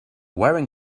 wearing